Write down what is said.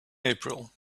april